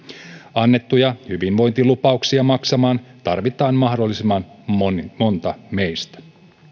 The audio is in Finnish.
annettuja hyvinvointilupauksia maksamaan tarvitaan mahdollisimman monta monta meistä